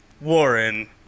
Warren